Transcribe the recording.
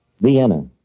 Vienna